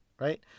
right